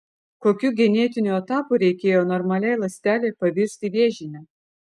kokių genetinių etapų reikėjo normaliai ląstelei pavirsti vėžine